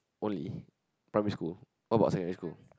only primary school what about secondary school